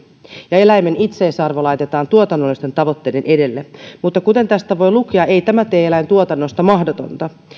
ja eläimen itseisarvo laitetaan tuotannollisten tavoitteiden edelle mutta kuten tästä voi lukea ei tämä tee eläintuotannosta mahdotonta